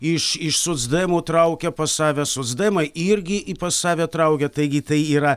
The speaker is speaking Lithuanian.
iš iš socdemų traukia pas save socdemai irgi į pas save traukia taigi tai yra